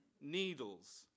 needles